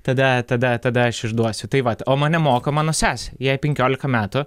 tada tada tada aš išduosiu tai vat o mane moko mano sesė jai penkiolika metų